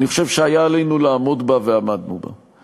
אני חושב שהיה עלינו לעמוד בה, ועמדנו בה.